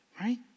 Right